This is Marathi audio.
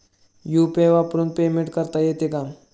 यु.पी.आय वरून पेमेंट करता येते का?